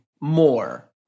more